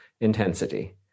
intensity